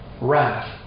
wrath